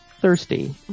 thirsty